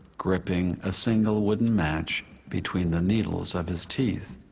gripping a single wooden match between the needles of his teeth?